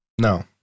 No